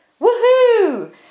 woohoo